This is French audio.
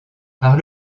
par